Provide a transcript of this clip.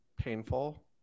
painful